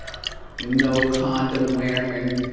no condom wearing,